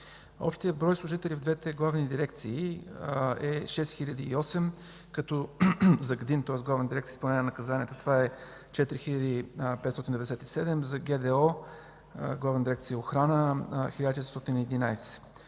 Общият брой служители в двете главни дирекции е 6008, като за Главна дирекция „Изпълнение на наказанията” това са 4597, за Главна дирекция „Охрана” – 1411.